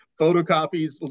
photocopies